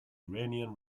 iranian